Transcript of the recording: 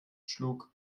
schlug